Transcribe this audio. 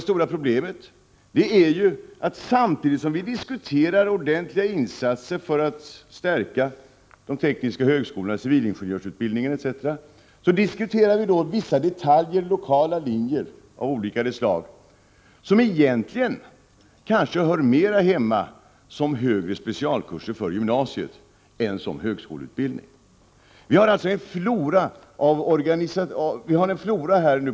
Samtidigt som vi diskuterar ordentliga insatser för att stärka de tekniska högskolorna, civilingenjörsutbildningen etc., diskuterar vi vissa detaljer, lokala linjer av olika slag, som egentligen kanske hör mera hemma som högre specialkurser för gymnasiet än som högskoleutbildningar. Det är detta som är det stora problemet.